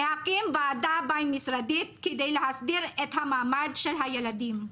להקים ועדה בין-משרדית כדי להסדיר את המעמד של הילדים.